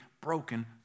broken